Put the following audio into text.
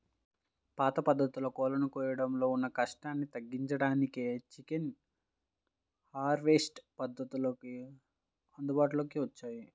పాత పద్ధతుల్లో కోళ్ళను కోయడంలో ఉన్న కష్టాన్ని తగ్గించడానికే చికెన్ హార్వెస్ట్ పద్ధతులు అందుబాటులోకి వచ్చాయి